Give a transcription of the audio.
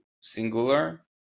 singular